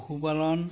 পশুপালন